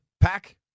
pack